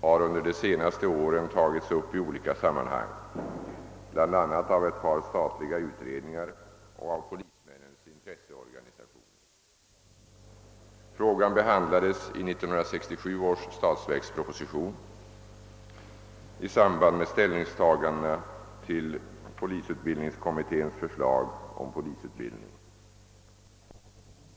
har under de senaste åren tagits upp i olika sammanhang, bl.a. av ett par statliga utredningar och av polismännens intresseorganisationer. Frågan behandlades i 1967 års statsverksproposition i samband med ställningstagandena till 1962 års polisutbildningskommittés förslag om polisutbildning.